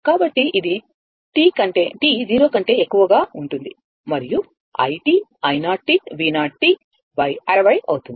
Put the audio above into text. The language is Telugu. కాబట్టి ఇది t 0 గా ఉంటుంది మరియు i i 0V0 60 అవుతుంది